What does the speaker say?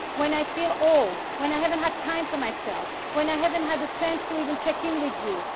when i feel old, when i haven't had time for myself, when i haven't had a chance to even check in with you,